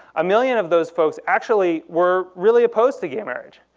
a million of those folks actually were really opposed to gay marriage.